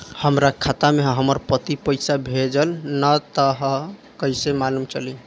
हमरा खाता में हमर पति पइसा भेजल न ह त कइसे मालूम चलि?